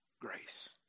grace